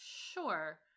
Sure